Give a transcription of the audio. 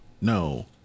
no